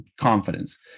confidence